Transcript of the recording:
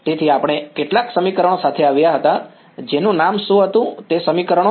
તેથી આપણે કેટલાક સમીકરણો સાથે આવ્યા હતા જેનું નામ શું હતું તે સમીકરણો